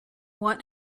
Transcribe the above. what